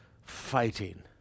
fighting